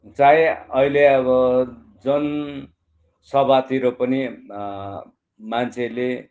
चाहे अहिले अब जनसभातिर पनि मान्छेले